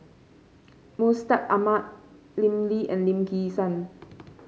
Mustaq Ahmad Lim Lee and Lim Kim San